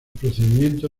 procedimiento